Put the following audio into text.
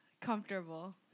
Comfortable